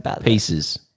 pieces